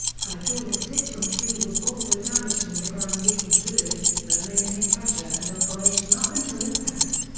hydraulic system three was also damaged and began leaking fluid, but maintained pressure and operation up until impact.